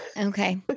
Okay